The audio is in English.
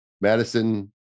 Madison